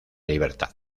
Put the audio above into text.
libertad